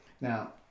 Now